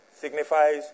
signifies